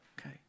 okay